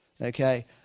Okay